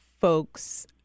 folks